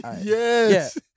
yes